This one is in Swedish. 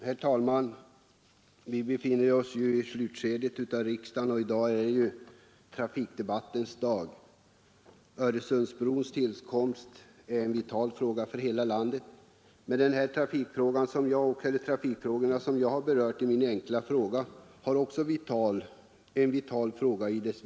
Herr talman! Vi befinner oss i slutskedet av riksdagen och i dag är det trafikdebattens dag. Öresundsbrons tillkomst är en vital fråga för hela landet, men även de trafikärenden som jag berört i min enkla fråga har stor betydelse.